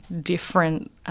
different